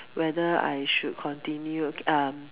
whether I should continue um